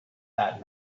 that